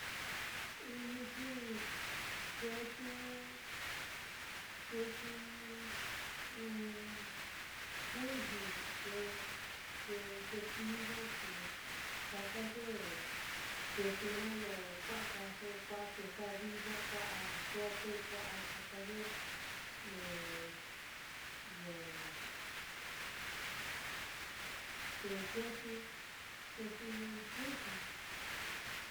Ininchi kesu kesu juiji, que-que kesillo que taka ye kesu naá lo kua'a kāāso, kua'a kesadilla, kua'a sope, kua'a taka ye ye ye kesu kesu juiji.